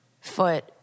foot